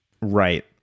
Right